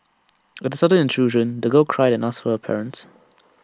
at the sudden intrusion the girl cried and asked for her parents